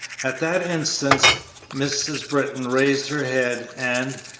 at that instant mrs. britton raised her head, and,